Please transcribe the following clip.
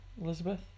Elizabeth